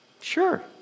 sure